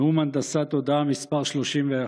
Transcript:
נאום הנדסת תודעה מס' 31,